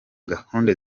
gahunda